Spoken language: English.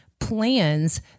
plans